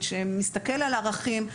שמסתכל על ערכים.